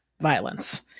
violence